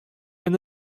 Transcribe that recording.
and